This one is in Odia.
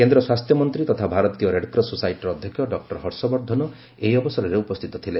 କେନ୍ଦ୍ର ସ୍ୱାସ୍ଥ୍ୟମନ୍ତ୍ରୀ ତଥା ଭାରତୀୟ ରେଡ୍କ୍ରସ୍ ସୋସାଇଟିର ଅଧ୍ୟକ୍ଷ ଡକ୍କର ହର୍ଷବର୍ଦ୍ଧନ ଏହି ଅବସରରେ ଉପସ୍ଥିତ ଥିଲେ